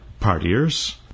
partiers